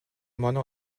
mono